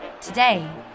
Today